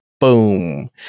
Boom